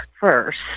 First